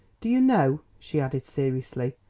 do you know, she added seriously,